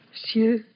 monsieur